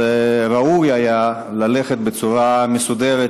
אז ראוי היה ללכת בצורה מסודרת,